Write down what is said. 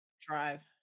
drive